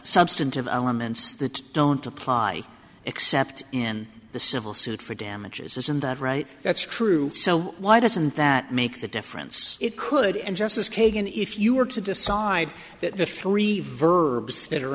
substantive elements that don't apply except in the civil suit for damages isn't that right that's true so why doesn't that make the difference it could and justice kagan if you were to decide that the three verbs that are